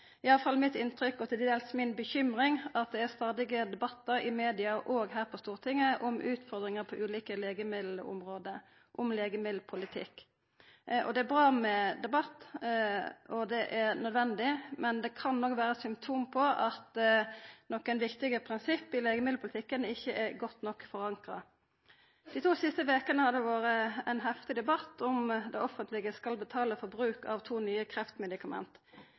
iallfall mitt inntrykk – og til dels mi bekymring – at det stadig er debattar i media og her på Stortinget om utfordringar på ulike legemiddelområde og om legemiddelpolitikk. Det er bra med debatt, og det er nødvendig, men det kan òg vera eit symptom på at nokre viktige prinsipp i legemiddelpolitikken ikkje er godt nok forankra. Dei to siste vekene har det vore ein heftig debatt om det offentlege skal betala for bruk av to nye kreftmedikament.